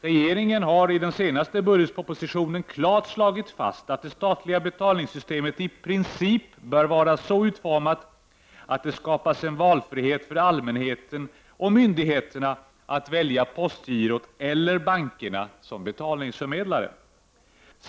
Regeringen har i den senaste budgetpropositionen klart slagit fast att det statliga betalningssystemet i princip bör vara så utformat att det skapas en valfrihet för allmänheten och myndigheterna att välja postgirot eller bankerna som betalningsförmedlare.